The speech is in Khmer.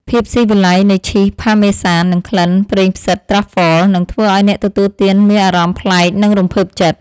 ភាពស៊ីវិល័យនៃឈីសផាមេសាននិងក្លិនប្រេងផ្សិតត្រាហ្វហ្វល (Truffle) នឹងធ្វើឱ្យអ្នកទទួលទានមានអារម្មណ៍ប្លែកនិងរំភើបចិត្ត។